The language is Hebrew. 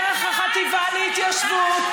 דרך החטיבה להתיישבות,